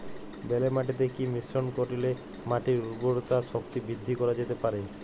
বেলে মাটিতে কি মিশ্রণ করিলে মাটির উর্বরতা শক্তি বৃদ্ধি করা যেতে পারে?